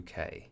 UK